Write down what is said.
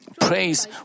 praise